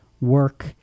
work